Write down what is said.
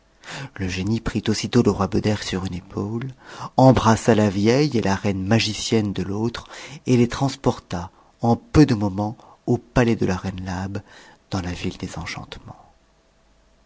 le génie frit aussitôt le roi beder sur une épaule embrassa la vieille et la reine g'cienne de l'autre et les transporta en peu de moments au palais de la reine labe dans la ville des enchantements